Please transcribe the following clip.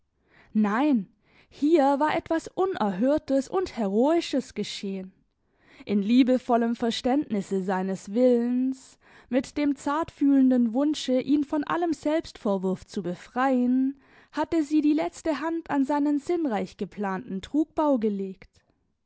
nein hier war etwas unerhörtes und heroisches geschehen in liebevollem verständnisse seines willens mit dem zartfühlenden wunsche ihn von allem selbstvorwurf zu befreien hatte sie die letzte hand an seinen sinnreich geplanten trugbau gelegt